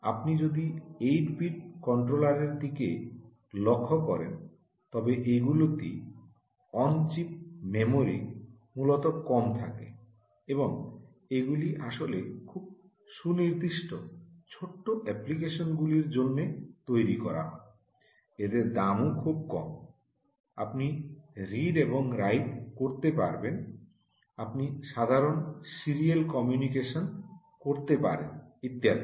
আপনি যদি 8 বিট কন্ট্রোলারের দিকে লক্ষ্য করেন তবে এগুলিতে অন চিপ মেমরি মূলত কম থাকে এবং এগুলি আসলে খুব সুনির্দিষ্ট ছোট অ্যাপ্লিকেশন গুলির জন্য তৈরি করা হয় এদের দামও খুব কম আপনি রিড এবং রাইট করতে পারেন আপনি সাধারণ সিরিয়াল কমিউনিকেশন করতে পারেন ইত্যাদি